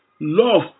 Love